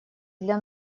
для